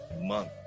month